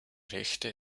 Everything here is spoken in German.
rechte